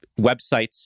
websites